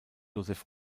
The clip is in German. joseph